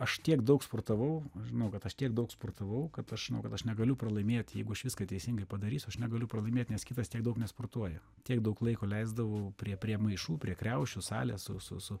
aš tiek daug sportavau aš žinau kad aš tiek daug sportavau kad aš žinau kad aš negaliu pralaimėti jeigu aš viską teisingai padarysiu aš negaliu pralaimėt nes kitas tiek daug nesportuoja tiek daug laiko leisdavau prie prie maišų prie kriaušių salės o su su